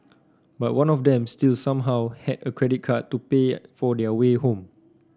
but one of them still somehow had a credit card to pay for their way home